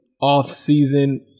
off-season